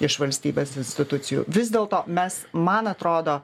iš valstybės institucijų vis dėl to mes man atrodo